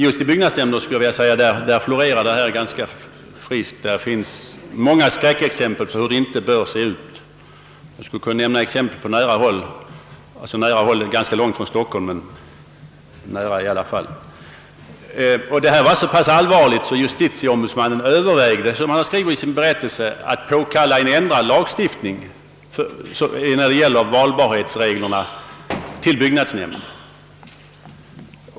Just i byggnadsnämnderna florerar det påtalade oskicket ganska friskt, och det finns där många exempel på hur det inte bör vara. Jag skulle kunna nämna exempel på ganska nära håll — även om jag skulle hämta dem ganska långt från Stockholm. Det fall som JO redogör för var så pass allvarligt, att han övervägde att påkalla en ändrad lagstiftning rörande valbarhetsreglerna till byggnadsnämnd.